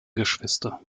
geschwister